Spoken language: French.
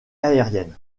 aériennes